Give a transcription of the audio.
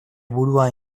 burua